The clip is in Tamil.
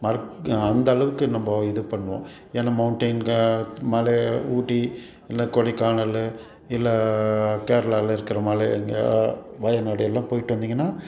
மறக் அந்தளவுக்கு நம்ப இது பண்ணுவோம் ஏன்னால் மௌண்டைன்ங்க மலை ஊட்டி இல்லை கொடைக்கானல் இல்லை கேரளாவில் இருக்கிற மலைங்க வயநாடு எல்லாம் போய்விட்டு வந்திங்கன்னால்